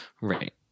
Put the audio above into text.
Right